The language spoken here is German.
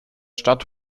stadt